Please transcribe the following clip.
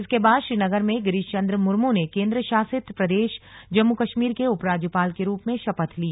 इसके बाद श्रीनगर में गिरीशचन्द्र मुर्म ने केन्द्रशासित प्रदेश जम्मू कश्मीर के उपराज्यपाल के रूप में शपथ ली